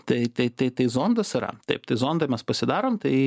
tai tai tai tai zondas yra taip tai zondą mes pasidarom tai